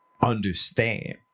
understand